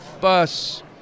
bus